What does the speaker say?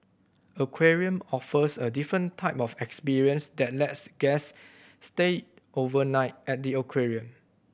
aquarium offers a different type of experience that lets guests stay overnight at the aquarium